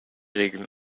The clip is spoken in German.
regeln